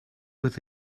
with